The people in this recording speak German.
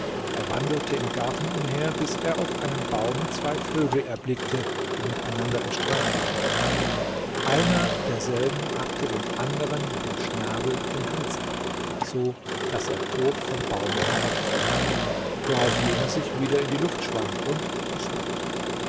er wandelte im garten umher bis er auf einem baume zwei vögel erblickte die miteinander in streit waren einer derselben hackte dem anderen mit dem schnabel den hals ab so daß er tot vom baume herabfiel worauf jener sich wieder in die luft schwang und verschwand